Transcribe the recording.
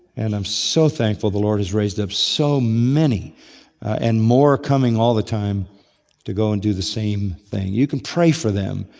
and i'm so thankful the lord has raised up so many and more coming all the time to go and do the same thing. you can pray for them.